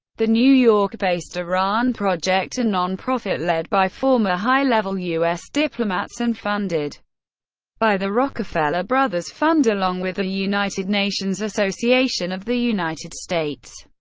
the new york-based iran project, a nonprofit led by former high-level u s. diplomats and funded by the rockefeller brothers fund, along with the united nations association of the united states,